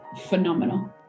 phenomenal